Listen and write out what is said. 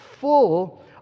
full